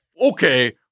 Okay